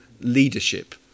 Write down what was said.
leadership